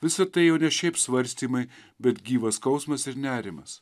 visa tai jau ne šiaip svarstymai bet gyvas skausmas ir nerimas